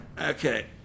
Okay